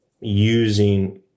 using